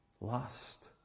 lust